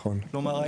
כלומר,